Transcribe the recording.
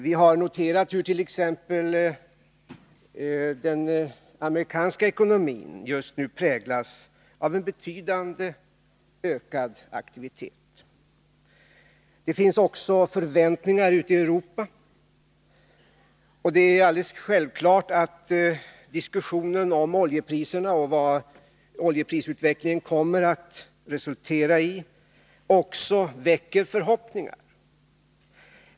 Vi har noterat t.ex. hur den amerikanska ekonomin just nu präglas av en betydande ökad aktivitet. Det finns också förväntningar ute i Europa. Och det är alldeles självklart att diskussionen om oljepriserna och vad oljeprisutvecklingen kommer att resultera i också väcker förhoppningar.